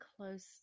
close